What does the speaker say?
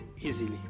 easily